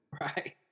Right